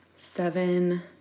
Seven